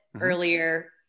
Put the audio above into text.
earlier